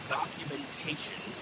documentation